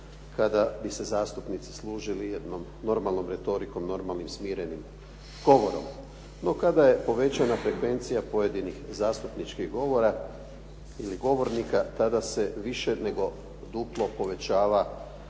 Kada bi se zastupnici služili jednom normalnom retorikom, normalnim smirenim govorom. No kada je povećana frekvencija pojedinih zastupničkih govora ili govornika tada se više nego duplo povećava